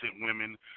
women